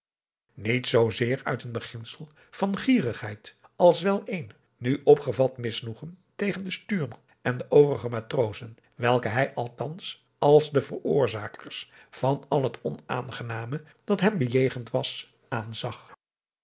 niet zoo zeer uit een beginsel van gierigheid als wel een nu opgevat misnoegen tegen den stuurman en de overige matrozen welken hij thans als de veroorzakers van al het onaangename dat hem bejegend was